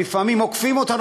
שלפעמים עוקפים אותנו,